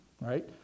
right